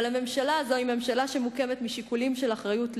אבל הממשלה הזאת היא ממשלה שמוקמת משיקולים של אחריות לאומית,